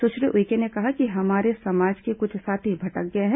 सुश्री उइके ने कहा कि हमारे समाज के कुछ साथी भटक गए हैं